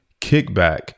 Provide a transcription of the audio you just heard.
kickback